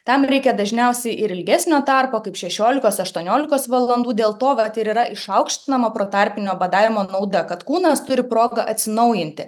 tam reikia dažniausiai ir ilgesnio tarpo kaip šešiolikos aštuoniolikos valandų dėl to vat ir yra išaukštinama protarpinio badavimo nauda kad kūnas turi progą atsinaujinti